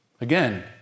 Again